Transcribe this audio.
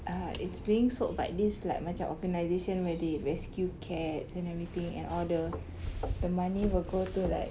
uh it's being sold by this like macam organisation where they rescue cats and everything and all the the money will go to like